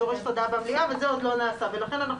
משיכת החוק דורשת הודעה במליאה,